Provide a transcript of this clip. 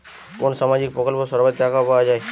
কোন সামাজিক প্রকল্পে সর্বাধিক টাকা পাওয়া য়ায়?